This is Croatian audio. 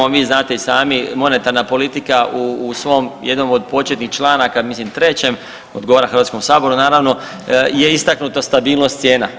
Vi znate i sami monetarna politika u svom jednom od početnih članaka, mislim 3. odgovara Hrvatskom saboru naravno je istaknuta stabilnost cijena.